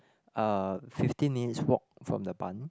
uh fifteen minutes walk from the Bund